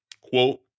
Quote